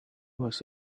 was